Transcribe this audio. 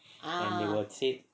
and they will say